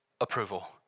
approval